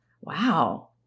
wow